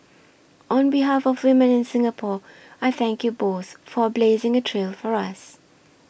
on behalf of women in Singapore I thank you both for blazing a trail for us